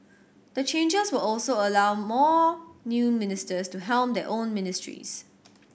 the changes will also allow more new ministers to helm their own ministries